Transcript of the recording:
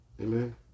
Amen